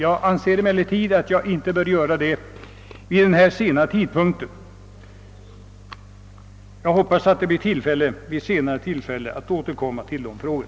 Jag anser emellertid att jag inte bör göra det vid denna sena tidpunkt — jag hoppas att det blir tillfälle för mig att senare återkomma till dessa frågor.